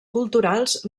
culturals